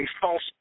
false –